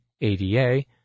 ADA